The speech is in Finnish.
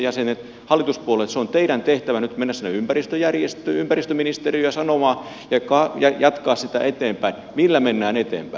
hallituspuolueet se on teidän tehtävänne nyt mennä sinne ympäristöministeriöön sanomaan ja jatkaa siitä eteenpäin millä mennään eteenpäin